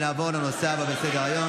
נעבור לנושא הבא בסדר-היום,